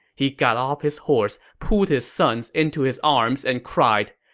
he got off his horse, pulled his sons into his arms, and cried,